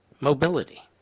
mobility